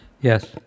Yes